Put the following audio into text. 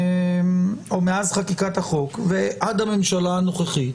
או מאז חקיקת החוק ועד הממשלה הנוכחית,